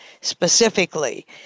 specifically